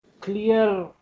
clear